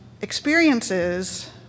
experiences